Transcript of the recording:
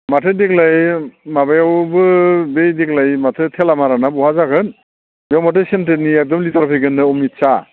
माथो देग्लाय माबायावबो बे देग्लाय माथो थेलामारा ना बहा जागोन बेयाव माथो चेन्ट्रेलनि एकदम लिदार फैगोन नो अमित साह